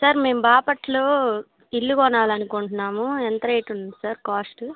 sir మేము బాపట్లలో ఇల్లు కొనాలి అనుకుంటున్నాము ఎంత రేటు ఉంది సార్ కాస్ట్